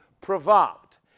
provoked